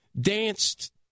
danced